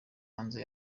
hanze